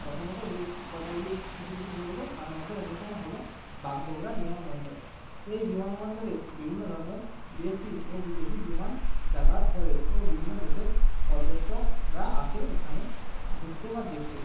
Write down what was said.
প্রথমত যেই কথাগুলি কিছু কিছু বলব তার মধ্যে অন্যতম হলো বাগডোগরা বিমানবন্দর এই বিমানবন্দরে বিভিন্ন ধরনের দেশি ও বিদেশি বিমান যাতায়াত করে ও বিভিন্ন দেশের পর্যটকরা আসে এখানে ঘুরতে বা দেখতে